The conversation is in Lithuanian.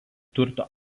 turto